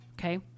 okay